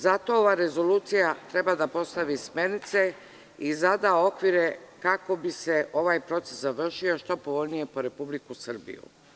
Zato ova rezolucija treba da postavi smernice i zada okvire kako bi se ovaj proces završio što povoljnije po Republiku Srbiju.